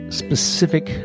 specific